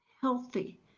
healthy